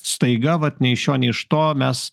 staiga vat nei iš šio nei iš to mes